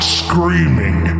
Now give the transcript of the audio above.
screaming